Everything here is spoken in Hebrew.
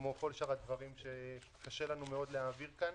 כמו כל שאר הדברים שקשה לנו מאוד להעביר כאן.